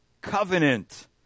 covenant